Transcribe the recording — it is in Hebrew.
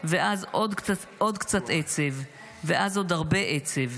ואז עוד קצת עצב ואז עוד הרבה עצב".